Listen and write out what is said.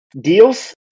deals